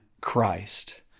Christ